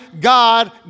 God